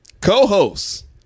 co-host